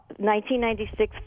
1996